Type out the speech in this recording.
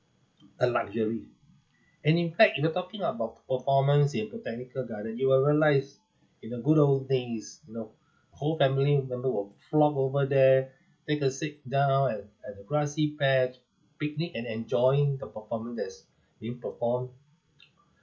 a luxury and in fact if you're talking about performance in botanical garden you will realise in the good old days you know whole family member will flung over there take a seat down at at the grassy patch picnic and enjoying the performance that's being perform